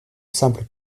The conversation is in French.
simple